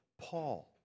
Paul